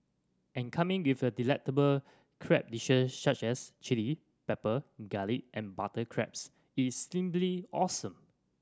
and coming with a delectable crab dishes such as chilli pepper garlic and butter crabs its simply awesome